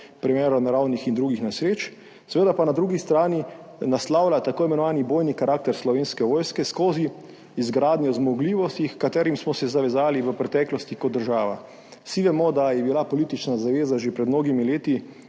primeru naravnih in drugih nesreč. Seveda pa na drugi strani naslavlja tako imenovani bojni karakter Slovenske vojske skozi izgradnjo zmogljivosti, h katerim smo se zavezali v preteklosti kot država. Vsi vemo, da je bila politična zaveza že pred mnogimi leti,